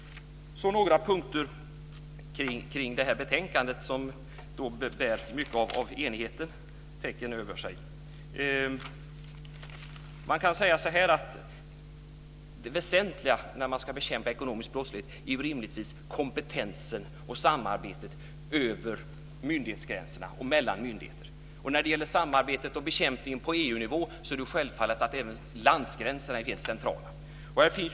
Så några punkter kring betänkandet, som bär mycket av enighetens tecken över sig. Det väsentliga när man ska bekämpa ekonomisk brottslighet är rimligtvis kompetensen och samarbetet över myndighetsgränserna och mellan myndigheter. När det gäller samarbetet och bekämpningen på EU-nivå är det självfallet att även gränserna mellan länderna är helt centrala.